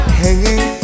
hanging